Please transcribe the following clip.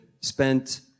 spent